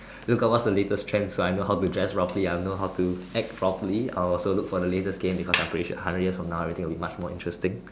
look at what's the latest trend so I know how to dress properly I know how to act properly I will also look for the latest game because I'm pretty sure a hundred years from now everything will be much more interesting